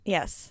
Yes